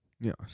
Yes